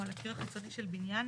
או על הקיר החיצוני של בניין,